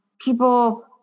People